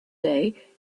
day